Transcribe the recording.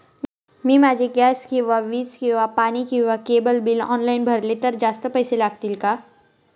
मी माझे गॅस किंवा वीज किंवा पाणी किंवा केबल बिल ऑनलाईन भरले तर जास्त पैसे लागतील का?